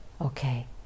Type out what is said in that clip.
Okay